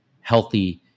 healthy